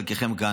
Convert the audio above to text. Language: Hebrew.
חלקכם כאן,